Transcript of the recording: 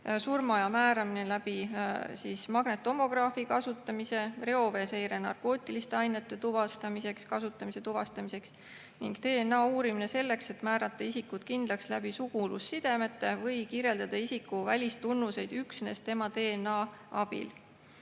surmaaja määramine magnettomograafia kasutamise kaudu, reoveeseire narkootiliste ainete kasutamise tuvastamiseks ning DNA uurimine selleks, et määrata isikut kindlaks sugulussidemete [alusel] või kirjeldada isiku välistunnuseid üksnes tema DNA abil.